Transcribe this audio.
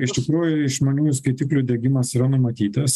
iš tikrųjų išmaniųjų skaitiklių diegimas yra numatytas